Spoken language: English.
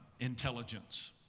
intelligence